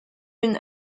been